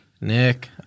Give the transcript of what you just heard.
Nick